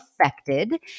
affected